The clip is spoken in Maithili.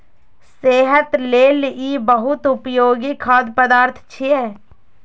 सेहत लेल ई बहुत उपयोगी खाद्य पदार्थ छियै